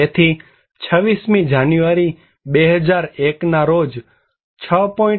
તેથી 26 મી જાન્યુઆરી 2001 ના રોજ 6